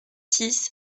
six